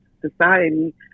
society